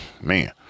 man